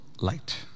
Light